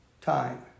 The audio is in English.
time